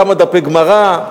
כמה דפי גמרא,